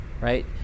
right